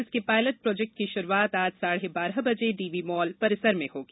इसके pilot project की शुरूआत आज साढ़े बारह बजे डीवी मॉल परिसर में होगी